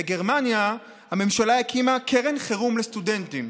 בגרמניה הממשלה הקימה קרן חירום לסטודנטים.